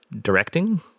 Directing